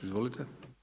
Izvolite.